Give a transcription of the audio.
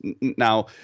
Now